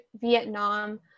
Vietnam